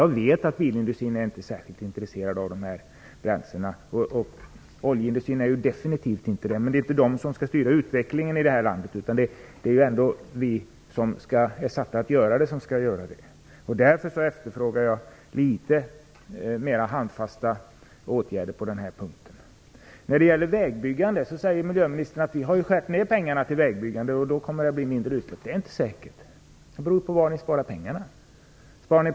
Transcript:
Jag vet att bilindustrin inte är särskilt intresserad av dessa bränslen. Oljeindustrin är definitivt inte det, men det är inte de som skall styra utvecklingen i det här landet, utan det är ändå vi som är satta att göra det som skall göra det. Därför efterfrågar jag litet mera handfasta åtgärder på denna punkt. När det gäller vägbyggande säger miljöministern att man har skurit ner anslaget till vägbyggen och att det kommer att innebära mindre utsläpp. Men det är inte säkert, för det beror på var man sparar.